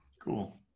Cool